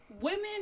women